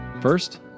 First